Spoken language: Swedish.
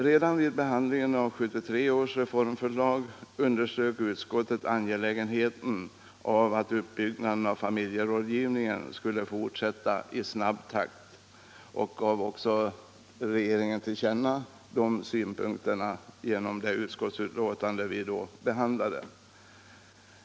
Redan vid behandlingen av 1973 års reformförslag underströk utskottet angelägenheten av att uppbyggnaden av familjerådgivningen skulle fortsätta i snabb takt; riksdagen gav också regeringen till känna de synpunkterna genom det utskottsbetänkande vi då behandlade.